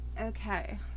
okay